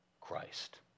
Christ